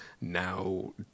now